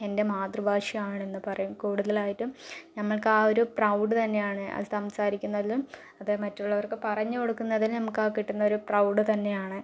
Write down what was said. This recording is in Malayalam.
എൻ്റെ മാതൃഭാഷയാണ് എന്ന് പറയും കൂടുതലായിട്ടും നമ്മൾക്ക് ആ ഒരു പ്രൗഡ് തന്നെയാണ് ആ സംസാരിക്കുന്നതിലും അത് മറ്റുള്ളവർക്ക് പറഞ്ഞു കൊടുക്കുന്നതിന് നമുക്ക് ആ കിട്ടുന്ന ഒരു പ്രൗഡ് തന്നെയാണ്